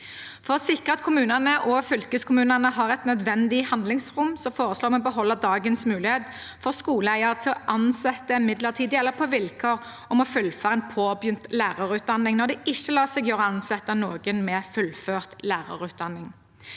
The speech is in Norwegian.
For å sikre at kommunene og fylkeskommunene har et nødvendig handlingsrom, foreslår vi å beholde dagens mulighet for skoleeier til å ansette midlertidig eller på vilkår om å fullføre en påbegynt lærerutdanning, når det ikke lar seg gjøre å ansette noen med fullført lærerutdanning.